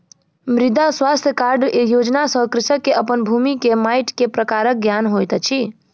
मृदा स्वास्थ्य कार्ड योजना सॅ कृषक के अपन भूमि के माइट के प्रकारक ज्ञान होइत अछि